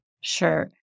Sure